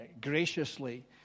graciously